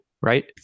right